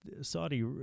Saudi